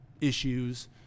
issues